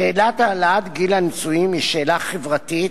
שאלת העלאת גיל הנישואים היא שאלה חברתית